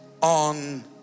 on